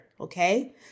okay